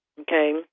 okay